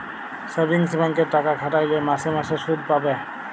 savings ব্যাংকে টাকা খাটাইলে মাসে মাসে সুদ পাবে